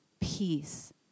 peace